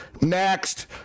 Next